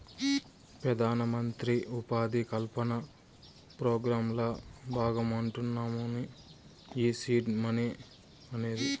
పెదానమంత్రి ఉపాధి కల్పన పోగ్రాంల బాగమంటమ్మను ఈ సీడ్ మనీ అనేది